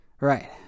Right